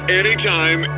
anytime